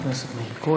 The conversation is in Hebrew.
מה עדיף לכם?